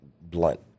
blunt